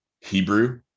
Hebrew